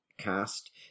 cast